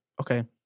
okay